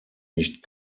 nicht